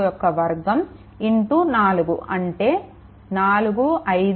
642 4 అంటే 453